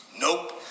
Nope